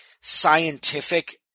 scientific